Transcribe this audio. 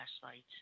flashlights